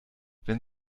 wenn